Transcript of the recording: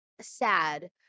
sad